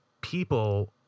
people